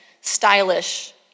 stylish